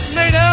made